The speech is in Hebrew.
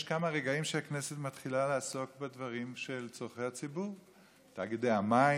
יש כמה רגעים שהכנסת מתחילה לעסוק בדברים של צורכי הציבור: תאגידי המים,